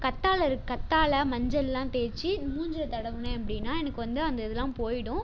கற்றால இருக்கு கற்றால மஞ்சள்லாம் தேய்ச்சு மூஞ்சியில் தடவினேன் அப்படின்னா எனக்கு வந்து அந்த இதெல்லாம் போகிடும்